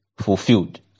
fulfilled